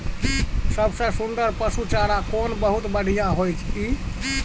सबसे सुन्दर पसु चारा कोन बहुत बढियां होय इ?